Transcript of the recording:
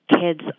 kids